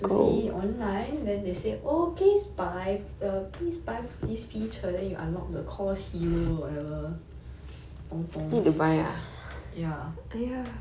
I went to see I tried to see online then they say oh please buy err please buy this feature then you unlock the course hero whatever